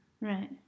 Right